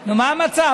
נו, מה המצב?